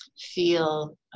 feel